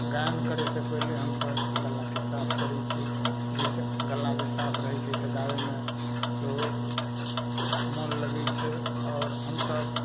गायन करैसे पहिले हमसब गल्लाके साफ करै छियै जाहि सऽ गल्ला जे साफ रहै छै तऽ गाबैमे सेहो मोन लगै छै आओर हमसब